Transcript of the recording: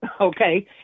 okay